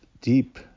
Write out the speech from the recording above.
deep